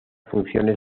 funciones